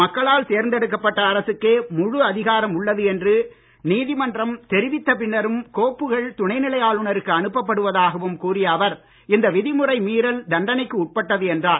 மக்களால் தேர்ந்தெடுக்கப்பட்ட அரசுக்கே முழு அதிகாரம் உள்ளது என்று நீதிமன்றம் தெரிவித்த பின்னரும் கோப்புகள் துணைநிலை ஆளுனருக்கு அனுப்பப் படுவதாகவும் கூறிய அவர் இந்த விதி முறை மீறல் தண்டனைக்கு உட்பட்டது என்றார்